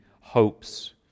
hopes